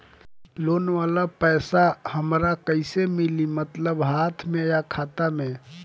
Loan वाला पैसा हमरा कइसे मिली मतलब हाथ में या खाता में?